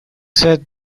said